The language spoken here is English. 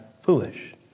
foolish